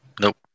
Nope